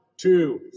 two